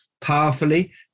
powerfully